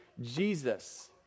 Jesus